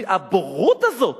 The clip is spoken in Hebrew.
הבורות הזאת?